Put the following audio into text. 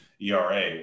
ERA